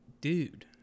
Dude